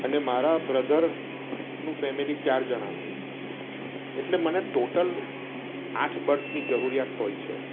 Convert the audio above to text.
અને મારા બ્રધરનું ફેમિલી ચાર જણાનું એટલે મને ટોટલ આઠ બર્થની જરૂરિયાત હોય છે